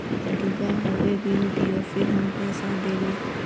दूबा होबे बिल दियो फिर हम पैसा देबे?